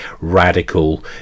radical